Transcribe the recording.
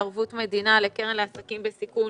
הלוואות בערבות מדינה לקרן לעסקים בסיכון